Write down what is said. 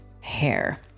hair